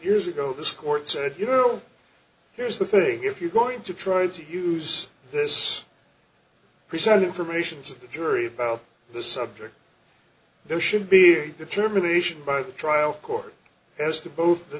years ago this court said you know here's the thing if you're going to try to use this piece of information to the jury about the subject there should be a determination by the trial court as to both the